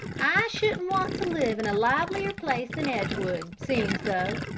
i shouldn't want to live in a livelier place than edgewood, seem's though!